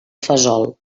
fesol